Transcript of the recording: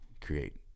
create